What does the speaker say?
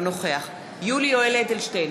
אינו נוכח יולי יואל אדלשטיין,